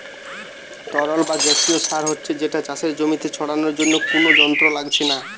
তরল বা গেসিও সার হচ্ছে যেটা চাষের জমিতে ছড়ানার জন্যে কুনো যন্ত্র লাগছে না